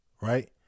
right